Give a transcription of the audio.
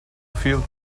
field